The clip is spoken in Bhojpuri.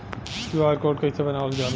क्यू.आर कोड कइसे बनवाल जाला?